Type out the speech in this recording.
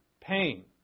pain